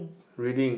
reading